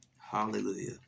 Hallelujah